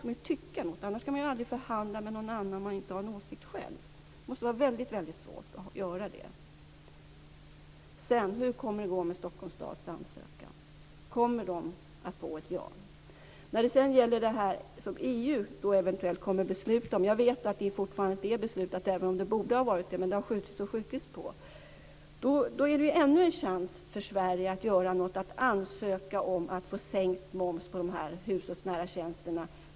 Man kan ju aldrig förhandla med någon annan om man inte själv har någon åsikt. Det måste vara väldigt svårt att göra det. Hur kommer det att gå med Stockholms stads ansökan? Kommer det att bli ett ja? När det gäller detta med EU vet jag att det fortfarande inte är beslutat, även om det borde ha varit det. Man har skjutit på det. Men det är ännu en chans för Sverige att göra något: ansöka om att få sänkt moms på dessa hushållsnära tjänster.